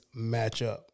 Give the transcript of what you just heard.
matchup